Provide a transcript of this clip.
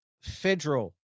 federal